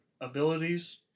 abilities